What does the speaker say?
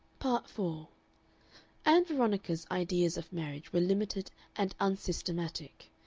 part four ann veronica's ideas of marriage were limited and unsystematic.